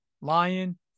Lion